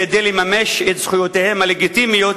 כדי לממש את זכויותיהם הלגיטימיות